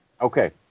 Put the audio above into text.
Okay